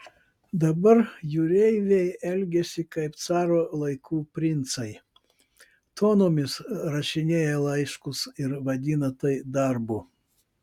dabar jūreiviai elgiasi kaip caro laikų princai tonomis rašinėja laiškus ir vadina tai darbu